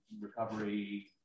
recovery